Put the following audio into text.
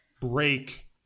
break